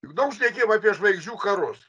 juk daug šnekėjom apie žvaigždžių karus